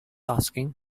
asking